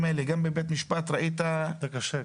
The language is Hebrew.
גם בבית משפט, ראית שהתעקשנו.